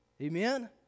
Amen